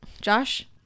Josh